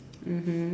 mmhmm